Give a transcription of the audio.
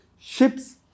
ships